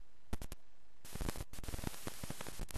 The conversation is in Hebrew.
אבל חלק ממצב של מתיחות מסוכנת למצב של